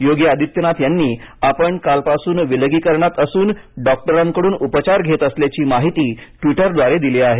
योगी आदित्यनाथ यांनी आपण कालपासून विलगीकरणात असून डॉक्टरांकडून उपचार घेत असल्याची माहिती ट्विटरद्वारे दिली आहे